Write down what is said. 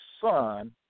Son